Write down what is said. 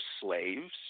slaves